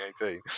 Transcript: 2018